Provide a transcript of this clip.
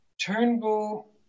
Turnbull